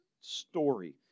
story